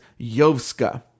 Yovska